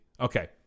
Okay